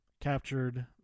captured